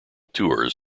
tours